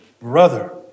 brother